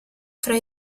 fra